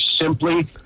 simply